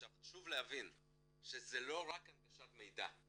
חשוב להבין שזו לא רק הנגשת מידע,